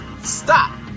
stop